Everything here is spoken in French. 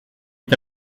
est